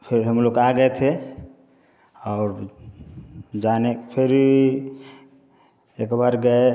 फिर हम लोग आ गए थे और जाने के फेरी एक बार गए